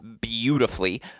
beautifully